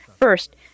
First